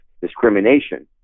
discrimination